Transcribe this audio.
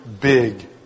big